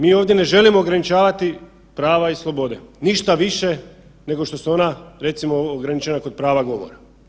Mi ovdje ne želimo ograničavati prava i slobode, ništa više nego što su ona recimo ograničena kod prava govora.